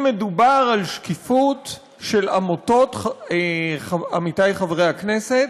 אם מדובר על שקיפות של עמותות, עמיתי חברי הכנסת,